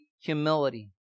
humility